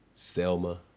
Selma